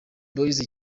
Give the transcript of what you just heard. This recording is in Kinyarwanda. boys